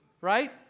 right